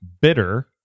bitter